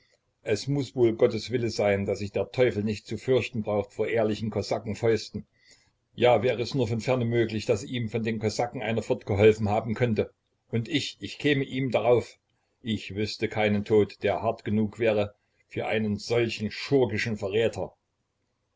es muß wohl gottes wille sein daß sich der teufel nicht zu fürchten braucht vor ehrlichen kosakenfäusten ja wär es nur von ferne möglich daß ihm von den kosaken einer fortgeholfen haben könnte und ich ich käme ihm darauf ich wüßte keinen tod der hart genug wäre für einen solchen schurkischen verräter